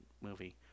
movie